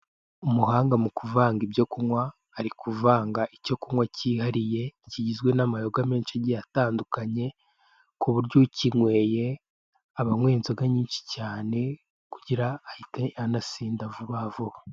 Umuhanga mu kuvanga ibyo kunywa, ari kuvanga icyo kunywa cyihariye kigizwe n'amayoga menshi atandukanye, ku buryo ukinyweye aba anywe inzoga nyinshi cyane kugira ahite anasinda vuba vuba.